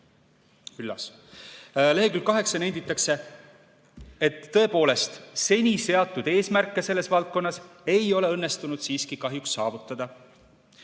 Üllas. Leheküljel kaheksa nenditakse, et tõepoolest, seni seatud eesmärke selles valdkonnas ei ole õnnestunud siiski kahjuks saavutada.